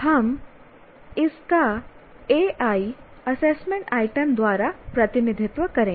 हम इसका AI assessment item द्वारा प्रतिनिधित्व करेंगे